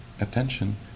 attention